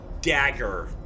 Dagger